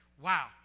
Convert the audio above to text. Wow